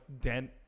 dent